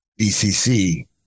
BCC